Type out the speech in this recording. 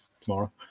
tomorrow